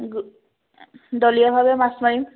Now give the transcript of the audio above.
গ দলীয়ভাৱে মাছ মাৰিম